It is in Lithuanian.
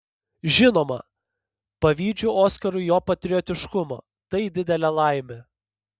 žinoma pavydžiu oskarui jo patriotiškumo tai didelė laimė